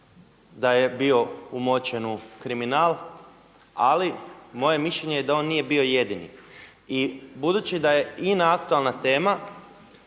da je bio umočen u kriminal. Ali moje je mišljenje da on nije bio jedini. I budući da je INA aktualna tema